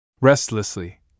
Restlessly